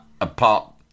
apart